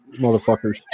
motherfuckers